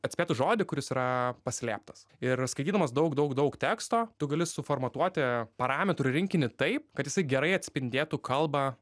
atspėtų žodį kuris yra paslėptas ir skaitydamas daug daug daug teksto tu gali suformatuoti parametrų rinkinį taip kad jisai gerai atspindėtų kalbą